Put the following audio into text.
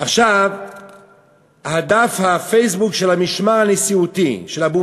דף הפייסבוק של המשמר הנשיאותי של אבו